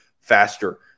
faster